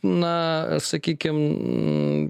na sakykim